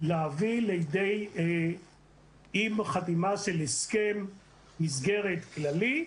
להביא לידי, עם חתימה של הסכם מסגרת כללי,